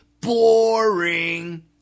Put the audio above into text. Boring